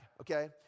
Okay